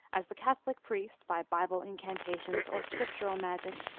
as the catholic priest, by bible in cantations or scriptural magic,